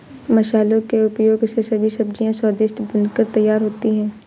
मसालों के उपयोग से सभी सब्जियां स्वादिष्ट बनकर तैयार होती हैं